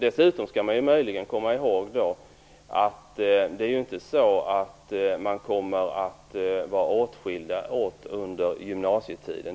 Dessutom skall vi komma ihåg att det inte är så att eleverna kommer att vara åtskilda under gymnasietiden.